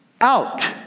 out